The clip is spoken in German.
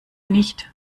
nicht